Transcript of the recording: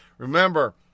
Remember